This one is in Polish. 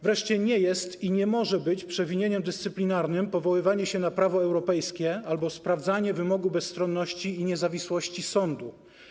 Wreszcie, nie jest i nie może być przewinieniem dyscyplinarnym powoływanie się na prawo europejskie albo sprawdzanie wymogu bezstronności i niezawisłości sądu.